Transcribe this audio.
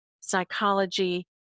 psychology